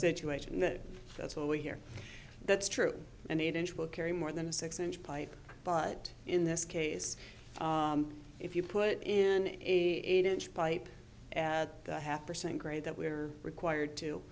situation that that's what we hear that's true an eight inch will carry more than a six inch pipe but in this case if you put in an eight inch pipe at a half percent grade that we are required to